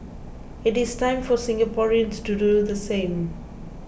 it is time for Singaporeans to do the same